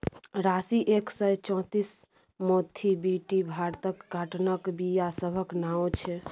राशी एक सय चौंतीस, मोथीबीटी भारतक काँटनक बीया सभक नाओ छै